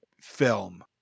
film